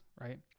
Right